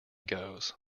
goes